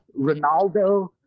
Ronaldo